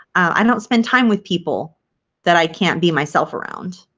i don't spend time with people that i can't be myself around.